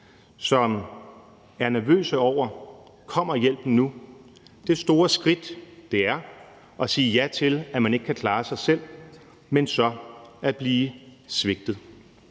som er nervøse over, om hjælpen nu kommer, det store skridt, det er at sige ja til, at man ikke kan klare sig selv – blot for så at blive svigtet.